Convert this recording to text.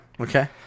Okay